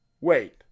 wait